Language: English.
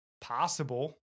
possible